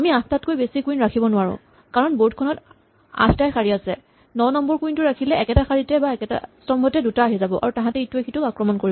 আমি আঠতকৈ বেছি কুইন ৰাখিব নোৱাৰো কাৰণ বৰ্ড খনত আঠটাই শাৰী আছে ৯ নম্বৰ কুইন টো ৰাখিলে একেটা শাৰীতে বা স্তম্ভতে দুটা আহি যাব আৰু তাহাঁতে ইটোৱে সিটোক আক্ৰমণ কৰিব